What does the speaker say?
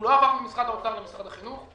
הוא לא עבר ממשרד האוצר למשרד החינוך,